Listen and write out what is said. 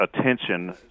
attention